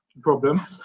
problem